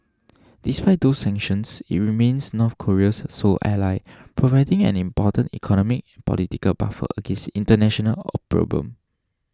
despite those sanctions it remains North Korea's sole ally providing an important economic political buffer against international opprobrium